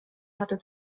hatte